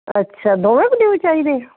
ਅੱਛਾ ਦੋਵੇਂ ਬਲਿਊ ਚਾਹੀਦੇ